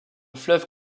fleuve